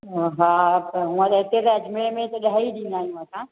हा पर हूअं त हिते त अजमेर में त ॾह ई ॾींदा आहियूं असां